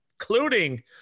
including